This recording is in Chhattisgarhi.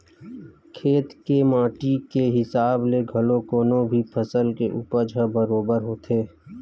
खेत के माटी के हिसाब ले घलो कोनो भी फसल के उपज ह बरोबर होथे